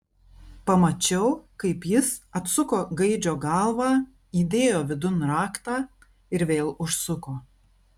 pamačiau kaip jis atsuko gaidžio galvą įdėjo vidun raktą ir vėl užsuko